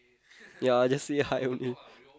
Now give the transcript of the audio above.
ya just say hi only